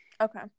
Okay